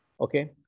Okay